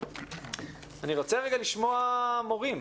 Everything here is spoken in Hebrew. אני רוצה לשמוע מורים.